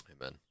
Amen